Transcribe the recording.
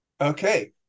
Okay